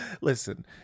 Listen